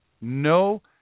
no